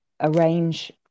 arrange